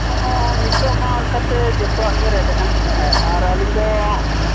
ᱦᱚᱸ ᱱᱤᱛᱳᱜ ᱢᱟ ᱚᱱᱠᱟ ᱛᱮ ᱡᱚᱛᱚᱣᱟᱜ ᱜᱮ ᱨᱮᱹᱴ ᱟᱠᱟᱱᱟ ᱥᱮ ᱟᱨ ᱟᱹᱞᱤᱧ ᱫᱚ